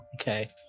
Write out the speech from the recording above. Okay